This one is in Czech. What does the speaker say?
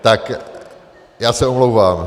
Tak já se omlouvám.